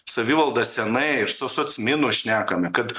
savivalda senai ir su soc minu šnekame kad